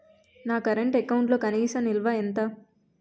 నా కరెంట్ అకౌంట్లో కనీస నిల్వ ఎంత?